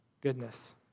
goodness